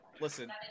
Listen